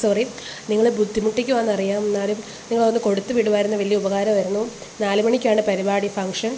sorry നിങ്ങളെ ബുദ്ധിമുട്ടിക്കുകയാണെന്ന് അറിയാം എന്നാലും നിങ്ങളതൊന്ന് കൊടുത്തുവിടുവായിരുന്നെങ്കിൽ വലിയ ഉപകാരമായിരുന്നു നാലുമണിക്കാണ് പരിപാടി ഫങ്ഷന്